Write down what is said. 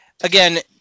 again